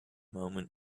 moment